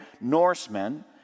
Norsemen